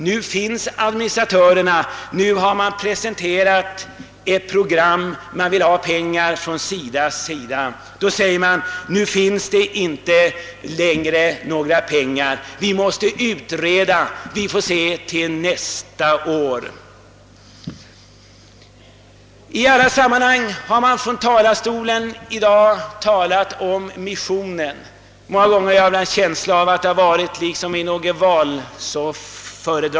Nu finns administratörerna, nu har man presenterat ett program. SIDA vill ha pengar, men då heter det: Nu finns det inte längre några pengar. Vi måste utreda, och vi får se till nästa år. I olika sammanhang har från talarstolen här i dag berörts missionens verksamhet.